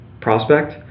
prospect